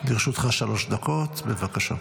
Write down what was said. לרשותך שלוש דקות, בבקשה.